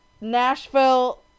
Nashville